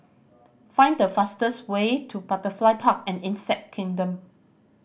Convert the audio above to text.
find the fastest way to Butterfly Park and Insect Kingdom